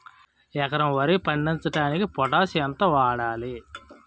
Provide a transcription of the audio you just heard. ఎకరం వరి పండించటానికి పొటాష్ ఎంత వాడాలి?